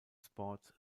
sports